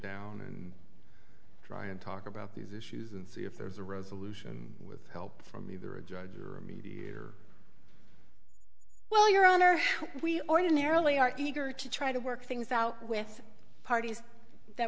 down and try and talk about these issues and see if there's a resolution with help from either a judge or a mediator well your honor we ordinarily are eager to try to work things out with parties that